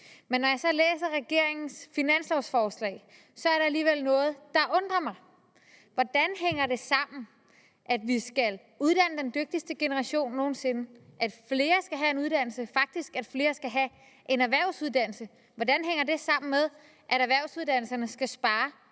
Men når jeg så læser regeringens finanslovsforslag, er der alligevel noget, der undrer mig, for hvordan hænger det, at vi skal uddanne den dygtigste generation nogen sinde, og at flere skal have en uddannelse, og at der faktisk er flere, der skal have en erhvervsuddannelse, sammen, når erhvervsuddannelserne skal spare